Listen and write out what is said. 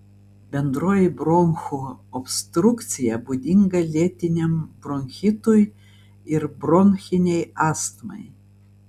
bendroji bronchų obstrukcija būdinga lėtiniam bronchitui ir bronchinei astmai